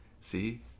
see